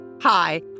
Hi